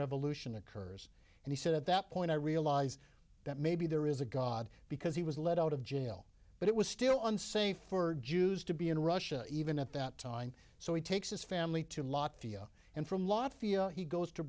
revolution occurs and he said at that point i realize that maybe there is a god because he was let out of jail but it was still unsafe for jews to be in russia even at that time so he takes his family to lot theo and from lot fia he goes to